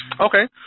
Okay